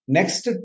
Next